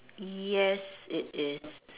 yes it is